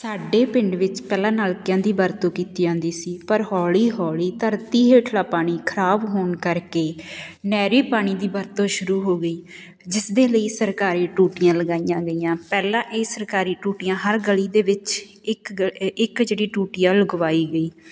ਸਾਡੇ ਪਿੰਡ ਵਿੱਚ ਪਹਿਲਾਂ ਨਲਕਿਆਂ ਦੀ ਵਰਤੋਂ ਕੀਤੀ ਜਾਂਦੀ ਸੀ ਪਰ ਹੌਲੀ ਹੌਲੀ ਧਰਤੀ ਹੇਠਲਾ ਪਾਣੀ ਖਰਾਬ ਹੋਣ ਕਰਕੇ ਨਹਿਰੀ ਪਾਣੀ ਦੀ ਵਰਤੋਂ ਸ਼ੁਰੂ ਹੋ ਗਈ ਜਿਸ ਦੇ ਲਈ ਸਰਕਾਰੀ ਟੂਟੀਆਂ ਲਗਾਈਆਂ ਗਈਆਂ ਪਹਿਲਾਂ ਇਹ ਸਰਕਾਰੀ ਟੂਟੀਆਂ ਹਰ ਗਲੀ ਦੇ ਵਿੱਚ ਇੱਕ ਗ ਇੱਕ ਜਿਹੜੀ ਟੂਟੀ ਆ ਉਹ ਲਗਵਾਈ ਗਈ